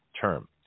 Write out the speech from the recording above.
term